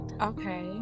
Okay